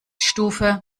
stufe